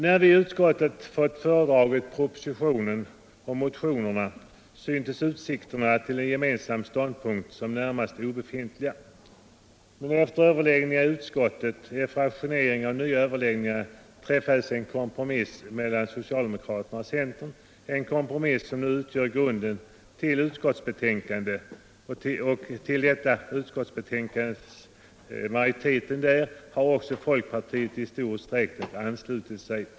När vi i utskottet fått propositionen och motionerna föredragna syntes utsikterna till en gemensam ståndpunkt som i det närmaste obefintliga. Men efter överläggning i utskottet, efter ajournering och nya överläggningar träffades en kompromiss mellan socialdemokraterna och centern, en kompromiss som nu utgör grunden till utskottsbetänkandet, till vilket även folkpartiet i stor utsträckning anslutit sig.